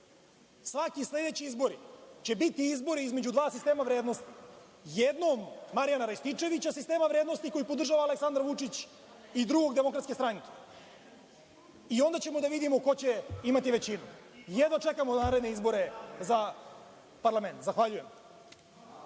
Svaki sledeći izbori će biti izbori između dva sistema vrednosti. Jednom Marjana Rističevića sistema vrednosti koji podržava Aleksandar Vučić i drugog DS. Onda ćemo da vidimo ko će imati većinu. Jedva čekamo naredne izbore za parlament. Zahvaljujem.